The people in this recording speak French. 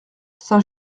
saint